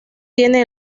tiene